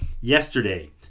Yesterday